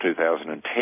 2010